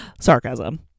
Sarcasm